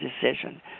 decision